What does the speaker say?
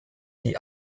die